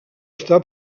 està